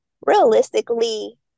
realistically